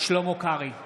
שלמה קרעי,